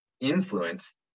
influence